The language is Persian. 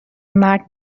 مرگ